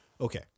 okay